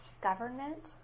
government